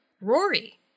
Rory